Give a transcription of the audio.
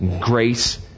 grace